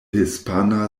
hispana